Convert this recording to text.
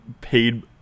paid